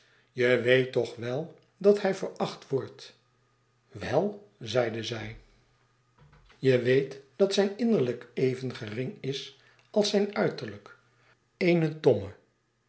je weet toch wel dat hij veracht wordt wei zeide zij je weet dat zijn innerlijk even gering is als zijn uiterlijk